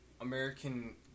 American